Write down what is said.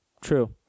True